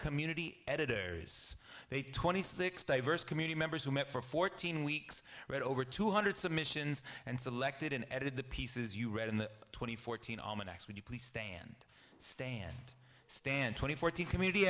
community editors they twenty six diverse community members who met for fourteen weeks read over two hundred submissions and selected and edited the pieces you read in the twenty fourteen almanacs would you please stand stand stand twenty forty community